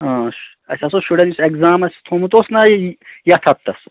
اَسہِ ہسا اوس شُرٮ۪ن یُس اِیٚگزام اَسہِ تَھوٚمُت اوسنَہ یَتھ ہفتَس